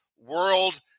world